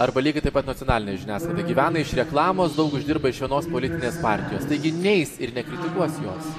arba lygiai taip pat nacionalinė žiniasklaida gyvena iš reklamos daug uždirba iš vienos politinės partijos taigi neis ir nekritikuos jos